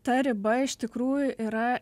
ta riba iš tikrųjų yra